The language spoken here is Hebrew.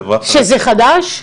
שזה חדש?